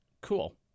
Cool